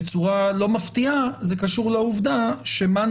בצורה לא מפתיעה זה קשור לעובדה שמאן